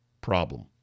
problem